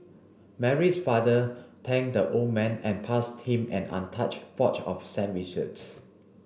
Mary's father thanked the old man and passed him an untouched box of sandwiches